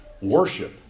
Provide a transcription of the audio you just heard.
worship